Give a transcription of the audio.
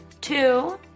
Two